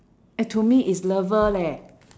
eh to me is lover leh